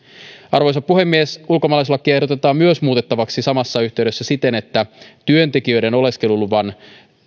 arvoisa puhemies ulkomaalaislakia ehdotetaan muutettavaksi samassa yhteydessä myös siten että työntekijän oleskeluluvan